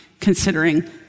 considering